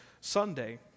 Sunday